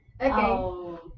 Okay